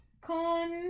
Con